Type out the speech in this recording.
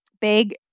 Big